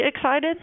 excited